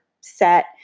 set